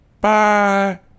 Bye